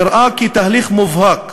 נראה כי תהליך מובהק